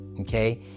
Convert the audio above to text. Okay